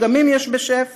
פגמים יש בשפע.